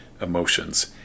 emotions